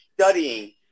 studying